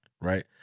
right